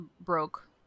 broke